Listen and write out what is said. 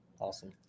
Awesome